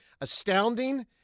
Astounding